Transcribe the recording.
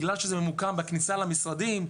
בגלל שזה ממוקם בכניסה למשרדים,